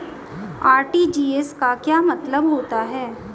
RTGS का क्या मतलब होता है?